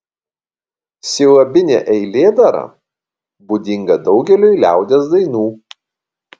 silabinė eilėdara būdinga daugeliui liaudies dainų